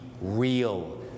real